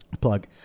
plug